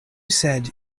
said